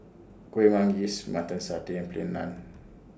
Kuih Manggis Mutton Satay and Plain Naan